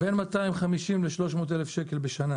בין 250 ל-300 אלף שקל בשנה.